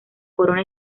corona